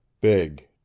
big